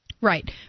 Right